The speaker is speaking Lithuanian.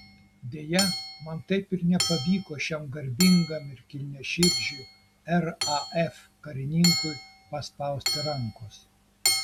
deja man taip ir nepavyko šiam garbingam ir kilniaširdžiui raf karininkui paspausti rankos